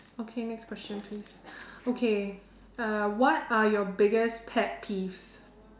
okay next question please okay uh what are your biggest pet peeves